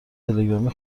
تلگرامی